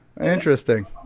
interesting